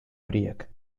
horiek